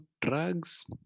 drugs